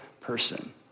person